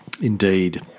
Indeed